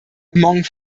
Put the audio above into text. among